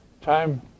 time